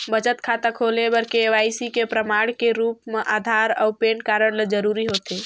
बचत खाता खोले बर के.वाइ.सी के प्रमाण के रूप म आधार अऊ पैन कार्ड ल जरूरी होथे